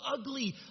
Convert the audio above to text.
ugly